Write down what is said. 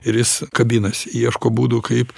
ir jis kabinasi ieško būdų kaip